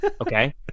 okay